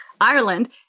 ireland